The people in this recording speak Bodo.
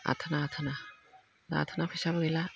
आथाना आथाना दा आथाना फैसाबो गैला